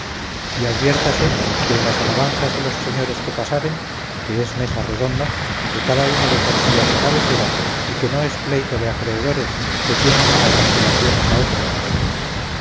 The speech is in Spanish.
y adviértase que en las alabanzas de los señores que pasaren que es mesa redonda que cada uno de por sí hace cabecera y que no es pleito de acreedores que tienen unos antelaciones a otros